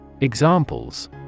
Examples